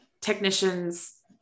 technicians